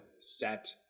set